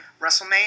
WrestleMania